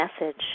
message